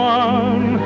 one